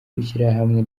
w’ishyirahamwe